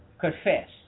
confess